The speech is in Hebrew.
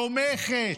תומכת,